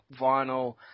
vinyl